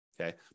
okay